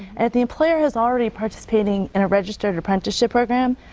if the employer is already participating in a registered apprenticeship program,